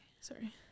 sorry